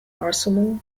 arsenal